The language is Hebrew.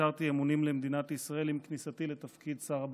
והצהרתי אמונים למדינת ישראל עם כניסתי לתפקיד שר הבט"פ.